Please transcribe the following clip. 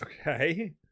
Okay